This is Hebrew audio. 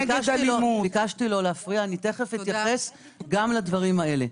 ביקשתי לא להפריע, אני אתייחס גם לדברים האלה.